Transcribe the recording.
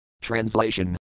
Translation